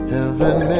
Heaven